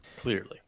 Clearly